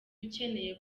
ukeneye